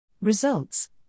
Results